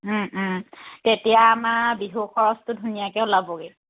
তেতিয়া আমাৰ বিহু খৰচটো ধুনীয়াকৈ ওলাবগৈ